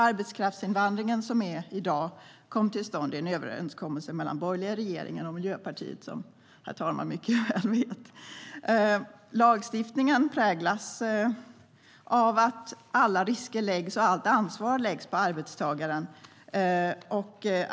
Arbetskraftsinvandringslagstiftningen som gäller i dag kom till stånd i en överenskommelse mellan den borgerliga regeringen och Miljöpartiet, som herr talmannen mycket väl vet. Lagstiftningen präglas av att alla risker och allt ansvar läggs på arbetstagaren.